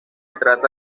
trata